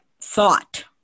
thought